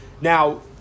Now